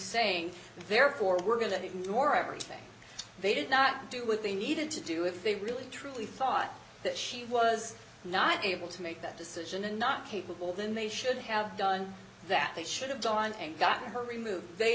saying therefore we're going to ignore everything they did not do what they needed to do if they really truly thought that she was not able to make that decision and not capable then they should have done that they should've gone and gotten her removed they